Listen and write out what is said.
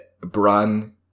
Brun